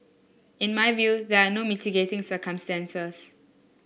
in my view there are no mitigating circumstances